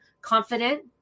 Confident